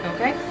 Okay